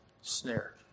snare